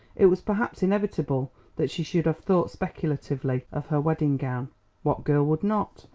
it was perhaps inevitable that she should have thought speculatively of her wedding gown what girl would not?